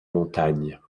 montagne